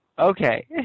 Okay